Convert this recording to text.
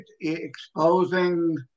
Exposing